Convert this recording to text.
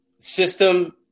system